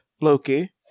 Loki